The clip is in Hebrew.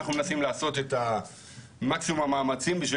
אנחנו מנסים לעשות את מקסימום המאמצים בשביל